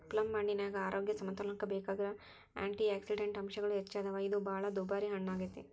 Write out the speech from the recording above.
ಪ್ಲಮ್ಹಣ್ಣಿನ್ಯಾಗ ಆರೋಗ್ಯ ಸಮತೋಲನಕ್ಕ ಬೇಕಾಗಿರೋ ಆ್ಯಂಟಿಯಾಕ್ಸಿಡಂಟ್ ಅಂಶಗಳು ಹೆಚ್ಚದಾವ, ಇದು ಬಾಳ ದುಬಾರಿ ಹಣ್ಣಾಗೇತಿ